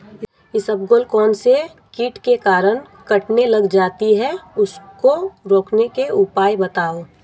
इसबगोल कौनसे कीट के कारण कटने लग जाती है उसको रोकने के उपाय बताओ?